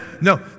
No